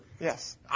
Yes